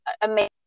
amazing